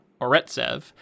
Oretsev